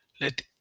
let